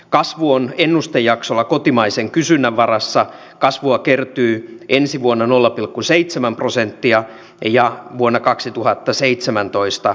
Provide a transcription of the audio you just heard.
kasvu on ennustejaksolla kotimaisen kysynnän varassa kasvua kertyy ensi vuonna nolla pilkku seitsemän prosenttia ja vuonna kaksituhattaseitsemäntoista